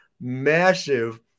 Massive